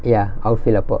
ya outfield அப்போ:appo